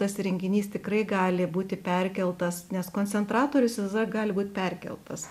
tas įrenginys tikrai gali būti perkeltas nes koncentratorius visada gali būt perkeltas